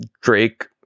Drake